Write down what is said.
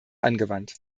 angewandt